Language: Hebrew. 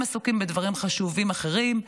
הם עסוקים בדברים חשובים אחרים,